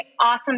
awesome